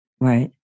right